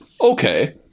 okay